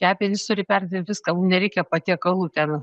kepenys turi perdirbt viską nereikia patiekalų ten